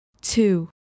two